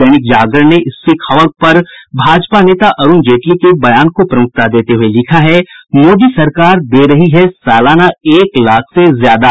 दैनिक जागरण ने इस खबर पर भाजपा नेता अरुण जेटली के बयान को प्रमुखता देते हुए लिखा है मोदी सरकार दे रही सालान एक लाख से ज्यादा